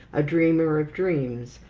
a dreamer of dreams,